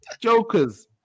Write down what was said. Jokers